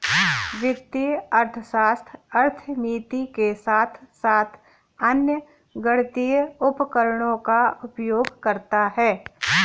वित्तीय अर्थशास्त्र अर्थमिति के साथ साथ अन्य गणितीय उपकरणों का उपयोग करता है